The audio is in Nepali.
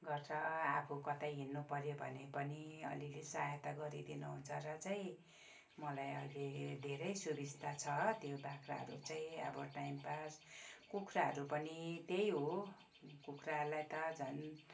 गर्छ आफू कतै हिँड्नु पऱ्यो भने पनि अलिअलि सहायता गरिदिनु हुन्छ र चाहिँ मलाई अहिले धेरै सुबिस्ता छ त्यो बाख्राहरू चाहिँ अब टाइम पास कुखुराहरू पनि त्यही हो कुखुरालाई त झन्